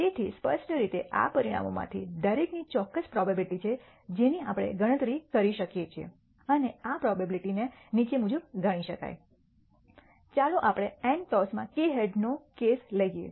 તેથી સ્પષ્ટ રીતે આ પરિણામોમાંથી દરેકની ચોક્કસ પ્રોબેબીલીટી છે જેની આપણે ગણતરી કરી શકીએ છીએ અને આ પ્રોબેબીલીટી ને નીચે મુજબ ગણી શકાય ચાલો આપણે n ટોસમાં k હેડ્સનો કેસ લઈએ